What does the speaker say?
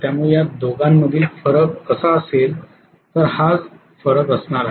त्यामुळे या दोघांमधील फरक असा असेल तर हाच फरक असणार आहे